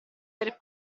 per